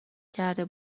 کرده